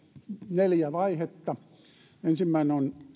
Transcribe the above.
neljä vaihetta ensimmäisenä on